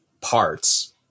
parts